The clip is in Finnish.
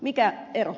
mikä ero